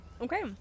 Okay